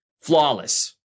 flawless